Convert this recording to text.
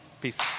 Peace